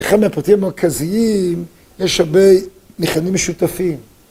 אחד הפרטים המרכזיים יש הרבה מכנים משותפים.